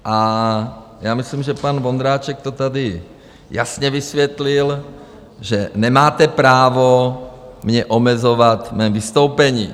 A já myslím, že pan Vondráček to tady jasně vysvětlil, že nemáte právo mě omezovat v mém vystoupení.